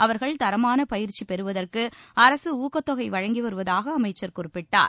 அவர்கள் தரமான பயிற்சி பெறுவதற்கு அரசு ஊக்கத்தொகை வழங்கி வருவதாக அமைச்சர் குறிப்பிட்டார்